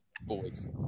boys